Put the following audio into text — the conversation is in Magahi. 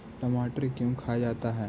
टमाटर क्यों खाया जाता है?